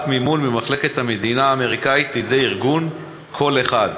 מימון ממחלקת המדינה האמריקנית לידי ארגון "קול אחד",